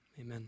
amen